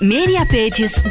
Mediapages